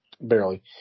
Barely